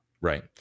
Right